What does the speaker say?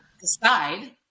decide